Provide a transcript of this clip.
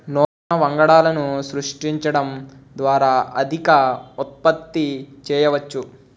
నూతన వంగడాలను సృష్టించడం ద్వారా అధిక ఉత్పత్తి చేయవచ్చు